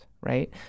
right